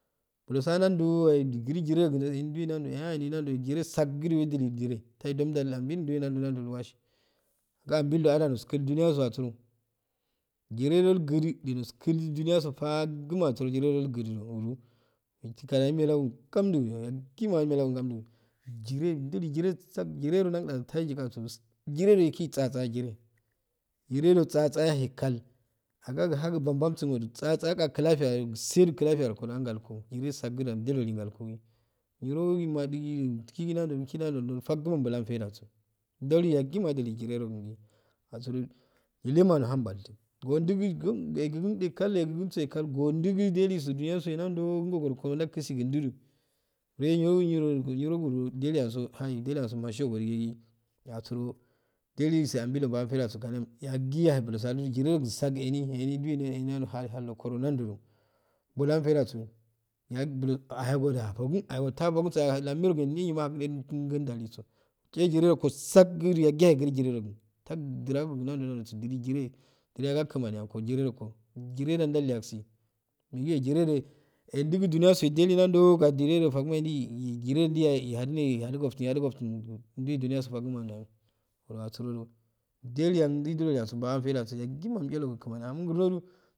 Bulasoda ndawdu waye gumgu joresegu eni nduhee nandow ah eni nan dow jire sakkdai wegudu jire tehe dundo ambil nduue nade nado da il wagi ambil ada noskul duniyasu asuro jize do gudu ilsku dwiyaso faguma asmoro do jire do gudu wetchi kanado wemehelaga ngamddu yagima amehelaga ngamddu jire jo dudu jire sakk jirero ndadai jirajo egigitsatsa do jire jire tsatsa yehey kall agal ohagu bomnbomsu nol tsatsaaw klafiya tsirr klafiya koda ngalko jire jakkda umdndulu ngalkko nijogi nyil madu gi emkigi nandow dow rigidau mandow faguma bwan ulhan faidda so mdolu yagika andslu jire rogun gi asur nohalu baltu gondugi megun ya eh kall mesuhe kal gondugu delu gu duniyaso nandow gu gobo ndawkusi ndilu wure niro niro gu gur duwyago hagi duwyaso maghigudi ah asuro dilu su ambil so bahum faidda so kaniya yagiyaha buloso adunu jire rogu sakk em eni nduwe hallogun eni nduuw hallonkodo nautow dow bolhun faidda so yag bulo ahawengo da afokn ayago tafaknyaya lagum ndiro ma ndaliso ge jire rogo sakku yagiya guru jire seguu taktagum nandow nadu do so gum jire ya kmani afokno jire ruko jire dh ndalya si nik jire eh ekigigu duwyaso eilu nandow gari jire ndihal jire ndiyaii ehaduke ehada goftu ndure duniyaso faguma ndaho aro agure do ndaliye bahun faidda so yagima hall kmani ahamo ngurnodo.